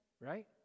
right